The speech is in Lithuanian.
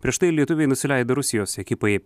prieš tai lietuviai nusileido rusijos ekipai